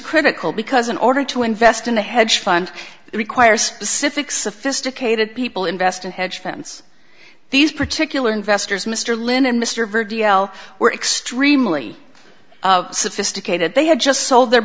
critical because in order to invest in a hedge fund require specific sophisticated people invest in hedge funds these particular investors mr lynn and mr v l were extremely sophisticated they had just sold their